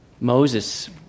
Moses